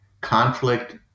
Conflict